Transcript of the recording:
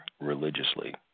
religiously